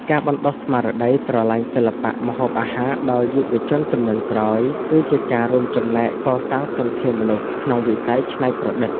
ការបណ្តុះស្មារតីស្រឡាញ់សិល្បៈម្ហូបអាហារដល់យុវជនជំនាន់ក្រោយ គឺជាការរួមចំណែកកសាងធនធានមនុស្សក្នុងវិស័យច្នៃប្រឌិត។